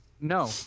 No